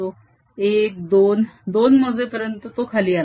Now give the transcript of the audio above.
1 2 2 मोजेपर्यंत तो खाली आला